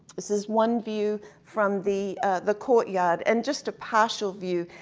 this is one view from the the courtyard and just a partial view.